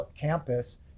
campus